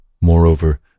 Moreover